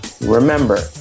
Remember